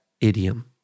idiom